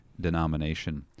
denomination